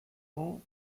ans